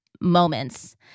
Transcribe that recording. moments